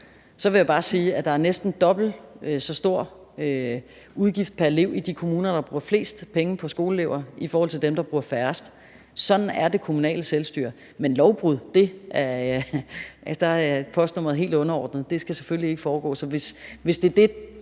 så vil jeg bare sige, at der er næsten dobbelt så stor en udgift pr. elev i de kommuner, som bruger flest penge på skoleelever, i forhold til dem, der bruger færrest. Sådan er det kommunale selvstyre. Men i forhold til lovbrud er postnummeret helt underordnet – det skal selvfølgelig ikke foregå. Så hvis det er det,